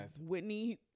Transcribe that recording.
Whitney